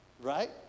Right